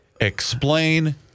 explain